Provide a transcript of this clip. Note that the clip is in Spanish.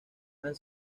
han